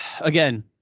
again